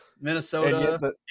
Minnesota